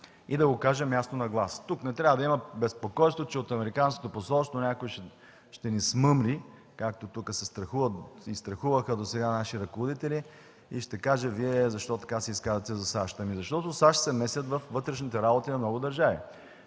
и да го кажем ясно на глас. Тук не трябва да има безпокойство, че от американското посолство някой ще ни смъмри, както тук се страхуват и се страхуваха досега наши ръководители, и ще каже: Вие защо така се изказвате за САЩ? Ами, защото САЩ се месят във вътрешните работи на много държави.